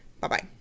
Bye-bye